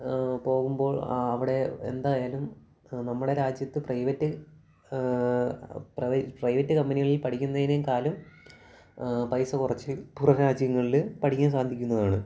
പോകുമ്പോൾ അവിടെ എന്തായാലും നമ്മുടെ രാജ്യത്ത് പ്രൈവറ്റ് പ്രൈവറ്റ് പ്രൈവറ്റ് കമ്പനികളിൽ പഠിക്കുന്നതിനെക്കാലും പൈസക്കുറച്ച് പുറം രാജ്യങ്ങളിൽ പഠിക്കാൻ സാധിക്കുന്നതാണ്